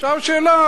עכשיו השאלה,